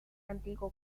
antiguo